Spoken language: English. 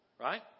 Right